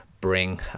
bring